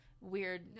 Weird